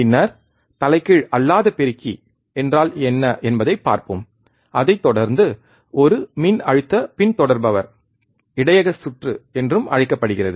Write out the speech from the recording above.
பின்னர் தலைகீழ் அல்லாத பெருக்கி என்றால் என்ன என்பதைப் பார்ப்போம் அதைத் தொடர்ந்து ஒரு மின்னழுத்த பின்தொடர்பவர் இடையக சுற்று என்றும் அழைக்கப்படுகிறது